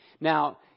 Now